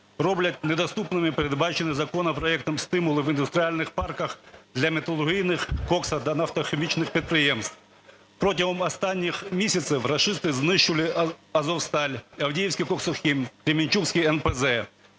роблять недоступними передбачені законопроектом стимули в індустріальних парках для металургійних, коксо- та нафтохімічних підприємств. Протягом останніх місяців рашисти знищили "Азовсталь", Авдіївський коксохім, Кременчуцький НПЗ